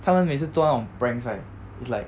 他们每次做那种 pranks right is like